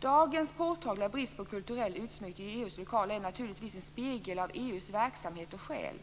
Dagens påtagliga brist på konstnärlig utsmyckning i EU:s lokaler är naturligtvis en spegel av EU:s verksamhet och själ.